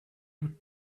you